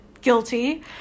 guilty